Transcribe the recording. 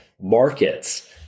markets